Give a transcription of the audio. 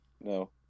No